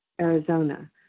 Arizona